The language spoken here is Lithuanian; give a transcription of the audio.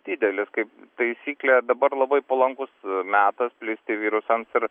didelis kaip taisyklė dabar labai palankus metas plisti virusams ir